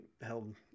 held